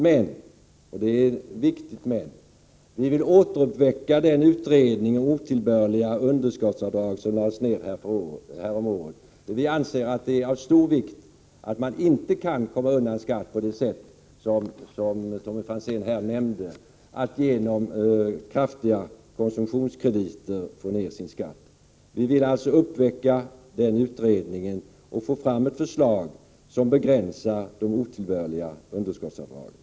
Men, och det är ett viktigt men, vi vill återuppväcka den utredning om otillbörliga underskottsavdrag som lades ned häromåret, eftersom vi anser att det är av stor vikt att man inte kan komma undan skatt på det sätt som Tommy Franzén här nämnde, dvs. genom kraftiga konsumtionskrediter. Vi vill alltså uppväcka utredningen och få fram ett förslag som begränsar de otillbörliga underskottsavdragen.